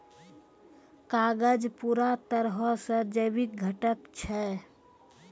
कागज पूरा तरहो से जैविक घटक छै